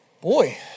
boy